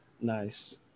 nice